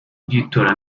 by’itora